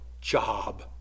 job